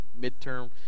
midterm